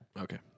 okay